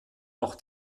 auch